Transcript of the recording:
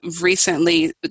recently